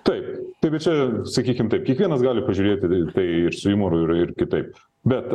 taip taip bet čia sakykim taip kiekvienas gali pažiūrėti į tai su jumoru ir ir kitaip bet